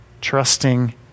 trusting